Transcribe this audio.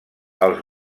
els